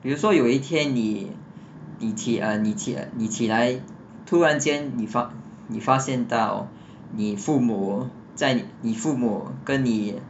比如说有一天你你起 uh 你起你起来突然间你发你发现到你父母在你父母跟你